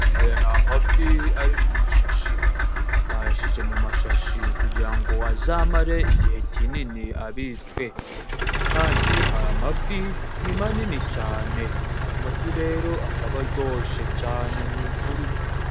Aya ni amafi ari mu mashashi. Bayashyize mu mashashi kugira ngo azamare igihe kinini abitswe. Kandi aya mafi ni manini cyane, aya mafi rero akaba aryoshe cyane ni ukuri.